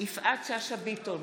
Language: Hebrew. יפעת שאשא ביטון,